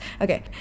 okay